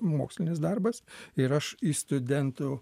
mokslinis darbas ir aš į studentų